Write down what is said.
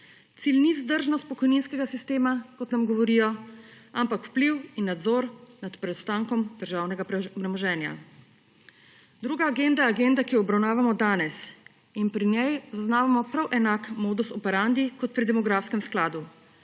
Cilj ni zdržnost pokojninskega sistema, kot nam govorijo, ampak vpliv in nadzor nad preostankom državnega premoženja. Druga agenda, je agenda, ki jo obravnavamo danes. In pri njej zaznavamo prav enak modus operandi kot pri demografskem skladu: